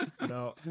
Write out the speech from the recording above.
No